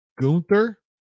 Gunther